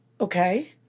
Okay